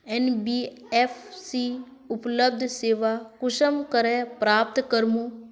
NBFC उपलब्ध सेवा कुंसम करे प्राप्त करूम?